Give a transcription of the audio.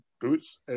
boots